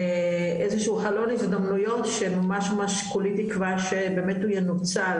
איזשהו חלון הזדמנויות שממש ממש כולי תקווה שבאמת הוא ינוצל